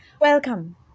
welcome